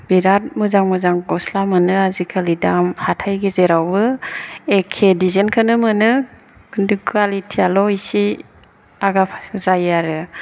बिराथ मोजां मोजां गस्ला मोनो आजिखालि दाम हाथाइ गेजेरावबो एखे दिजेनखौनो मोनो खिन्थु खवालिटिआल' एसे आगा फासा जायो आरो